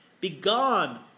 begone